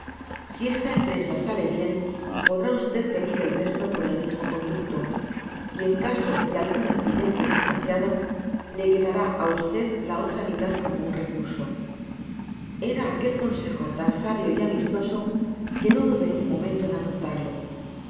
si esta empresa sale bien podrá v pedir el resto por el mismo conducto y en caso de algun accidente desgraciado le quedará á v la otra mitad como un recurso era aquel consejo tan sábio y amistoso que no dudé un momento en adoptarlo